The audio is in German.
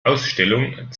ausstellung